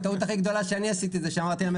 הטעות הכי גדולה שאני עשיתי זה שאמרתי להם